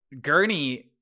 Gurney